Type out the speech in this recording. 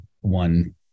one